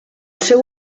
seu